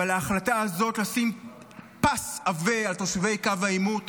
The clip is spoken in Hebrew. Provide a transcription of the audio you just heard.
אבל ההחלטה הזאת לשים פס עבה על תושבי קו העימות